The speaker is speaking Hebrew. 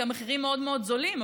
כי המחירים מאוד מאוד זולים,